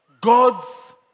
God's